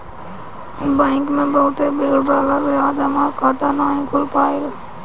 bank में बहुते भीड़ रहला से आज हमार खाता नाइ खुल पाईल